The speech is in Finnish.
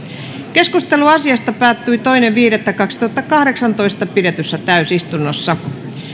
keskustelu asiasta päättyi toinen viidettä kaksituhattakahdeksantoista pidetyssä täysistunnossa